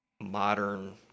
modern